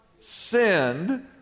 sinned